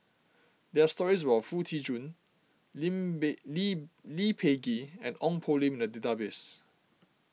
there are stories about Foo Tee Jun Lim Peh Lee Peh Gee and Ong Poh Lim in the database